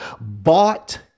bought